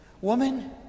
Woman